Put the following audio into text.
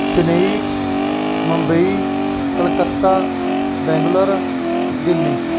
Chennai Mumbai Calcutta Bangalore Delhi